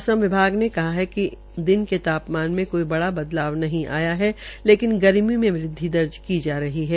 मौसम विभाग ने कहा कि दिन के तापमान में कोई बड़ा बदलाव नहीं आया है लेकिन गर्मी में वृदवि दर्ज की जा रही है